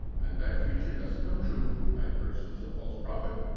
and that future doesn't come true, that person is a false prophet.